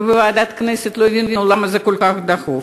ובוועדת הכנסת לא הבינו למה זה כל כך דחוף.